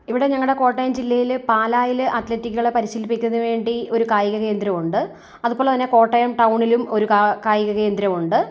ഇവിടെ ഞങ്ങളുടെ കോട്ടയം ജില്ലയിൽ പാലായിൽ അത്ലറ്റുകളെ പരിശീലിപ്പിക്കുന്നതിനു വേണ്ടി ഒരു കായിക കേന്ദ്രം ഉണ്ട് അത് പോലെ തന്നെ കോട്ടയം ടൗണിലും ഒരു കാ കായിക കേന്ദ്രം ഉണ്ട്